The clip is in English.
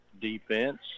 defense